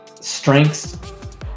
strengths